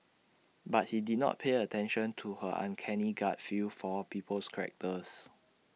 but he did not pay attention to her uncanny gut feel for people's characters